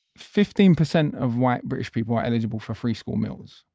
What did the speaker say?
fifteen percent of white british people are eligible for free school meals.